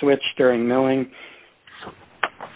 switch during knowing